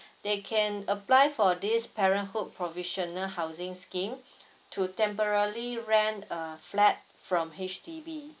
they can apply for this parenthood provisional housing scheme to temporally rent a flat from H_D_B